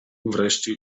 wreszcie